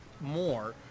more